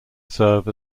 serve